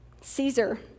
Caesar